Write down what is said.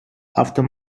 after